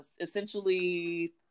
essentially